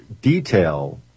detail